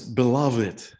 beloved